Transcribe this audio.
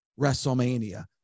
WrestleMania